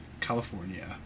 California